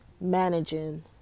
managing